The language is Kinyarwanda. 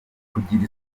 kugira